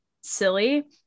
silly